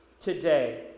today